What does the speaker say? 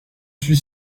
suis